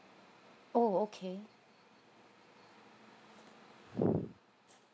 oh okay